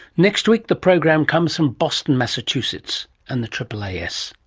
next week the program comes from boston, massachusetts, and the aaas.